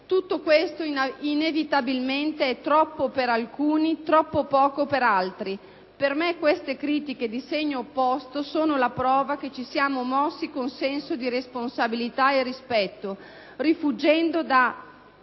Tutto questo inevitabilmente è troppo per alcuni e troppo poco per altri. Per me queste critiche di segno opposto sono la prova che ci siamo mossi con senso di responsabilità e rispetto, rifuggendo da